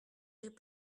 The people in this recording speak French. les